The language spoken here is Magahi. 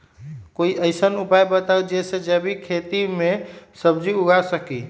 कोई आसान उपाय बताइ जे से जैविक खेती में सब्जी उगा सकीं?